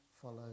Follow